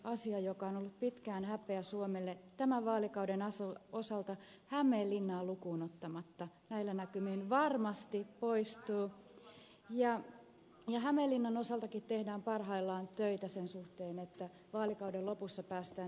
paljuselliasia joka on ollut pitkään häpeä suomelle tämän vaalikauden osalta hämeenlinnaa lukuun ottamatta näillä näkymin varmasti poistuu ja hämeenlinnan osaltakin tehdään parhaillaan töitä sen suhteen että vaalikauden lopussa päästään ed